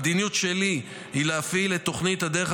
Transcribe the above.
המדיניות שלי היא להפעיל את תוכנית "הדרך